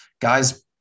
guys